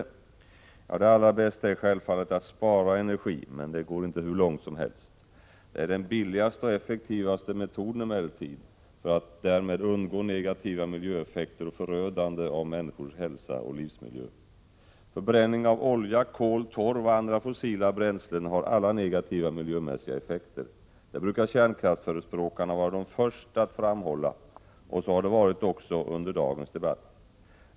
Ja, det allra bästa är självfallet att spara energi, även om man inte kan komma hur långt som helst på den vägen. Det är dock den billigaste och effektivaste metoden att undgå negativa miljöeffekter och förödande av människors hälsa och livsmiljö. Förbränning av olja, kol, torv och andra fossila bränslen har alla negativa miljömässiga effekter. Det brukar kärnkraftsförespråkarna vara de första att framhålla, och så har det varit också under dagens debatt.